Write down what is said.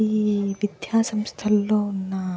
ఈ విద్యా సంస్థల్లో ఉన్న